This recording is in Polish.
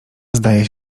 zdaje